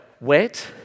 wet